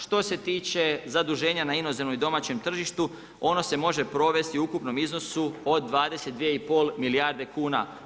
Što se tiče zaduženja na inozemnom domaćem tržištu ono se može provesti u ukupnom iznosu od 22 i pol milijarde kuna.